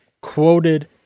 quoted